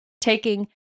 Taking